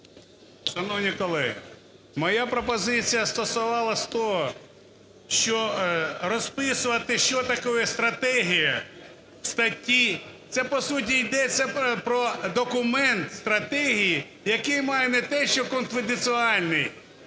Шановні колеги, моя пропозиція стосувалась того, що розписувати, що таке стратегія статті… Це, по суті, йдеться про документ стратегії, який має не те, що конфіденціальну,